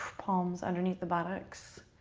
palms underneath the buttocks.